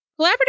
Collaborative